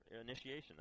Initiation